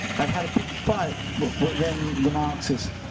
i've had a big fight within the marxist